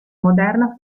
moderna